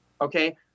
Okay